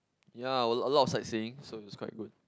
ya a a lot of sightseeing so it was quite good